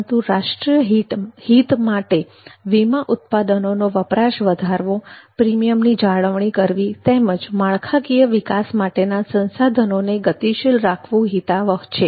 પરંતુ રાષ્ટ્રીય હિત માટે વીમા ઉત્પાદનોના વપરાશને વધારવો પ્રીમિયમની જાળવણી કરવી તેમજ માળખાકીય વિકાસ માટેના સંસાધનોને ગતિશીલ રાખવું હિતાવહ છે